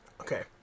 Okay